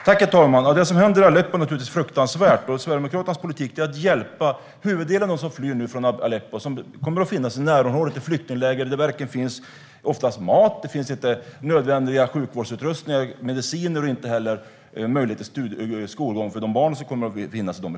Herr talman! Ja, det som händer i Aleppo är naturligtvis fruktansvärt. Sverigedemokraternas politik är att hjälpa huvuddelen av dem som nu flyr från Aleppo och kommer att finnas i flyktingläger i närområdet, där det oftast inte finns mat, nödvändig sjukvårdsutrustning och medicin och inte heller möjlighet till skolgång för barnen.